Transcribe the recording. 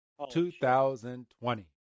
2020